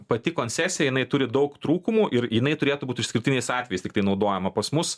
pati koncesija jinai turi daug trūkumų ir jinai turėtų būt išskirtiniais atvejais tiktai naudojama pas mus